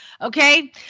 Okay